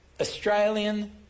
Australian